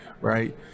right